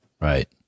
Right